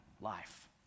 life